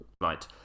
right